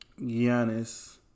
Giannis